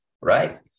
right